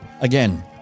again